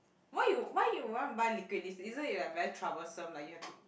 why you why you want to buy liquid lipstick isn't it like very troublesome like you have to